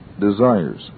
desires